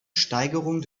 steigerung